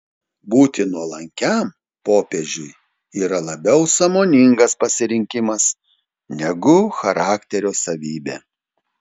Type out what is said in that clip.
būti nuolankiam popiežiui yra labiau sąmoningas pasirinkimas negu charakterio savybė